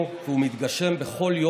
זה שהוא שקרן זה